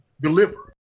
deliver